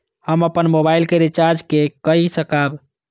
हम अपन मोबाइल के रिचार्ज के कई सकाब?